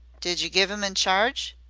did yer give him in charge?